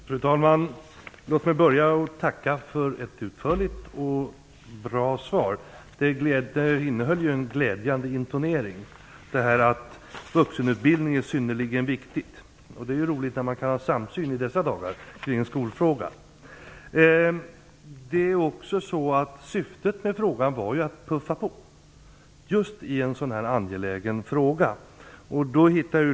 Fru talman! Låt mig börja med att tacka för ett utförligt och bra svar. Det innehöll ju en glädjande intonering, att vuxenutbildning är synnerligen viktigt. Det är roligt när man i dessa dagar kan ha samsyn kring en skolfråga. Syftet med frågan var just att puffa på i en angelägen fråga.